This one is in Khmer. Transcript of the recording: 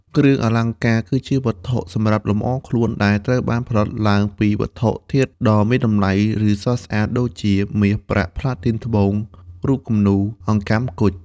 គ្រឿងអលង្ការ គឺជាវត្ថុសម្រាប់លម្អខ្លួនដែលត្រូវបានផលិតឡើងពីវត្ថុធាតុដ៏មានតម្លៃ ឬស្រស់ស្អាត ដូចជា មាស ប្រាក់ ផ្លាទីន ត្បូង រូបគំនូរ អង្កាំ គុជ។